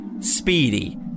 speedy